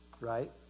right